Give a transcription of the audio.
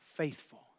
faithful